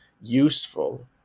useful